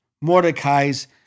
Mordecai's